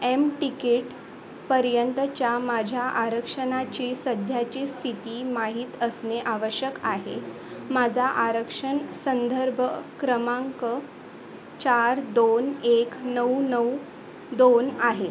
M ticket पर्यंतच्या माझ्या आरक्षणाची सध्याची स्थिती माहीत असणे आवश्यक आहे माझा आरक्षण संंदर्भ क्रमांक चार दोन एक नऊ नऊ दोन आहे